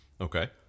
Okay